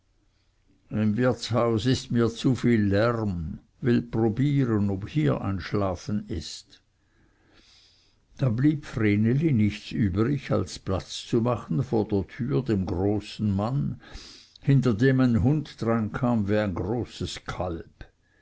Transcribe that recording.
im wirtshaus ist mir zu viel lärm will probieren wie hier ein schlafen ist da blieb vreneli nichts übrig als platz zu machen vor der türe dem großen mann hinter dem ein hund dreinkam wie ein großes kalb